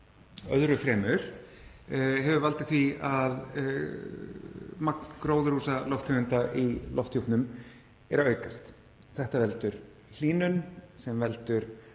öðru fremur hefur valdið því að magn gróðurhúsalofttegunda í lofthjúpnum er að aukast. Þetta veldur hlýnun sem veldur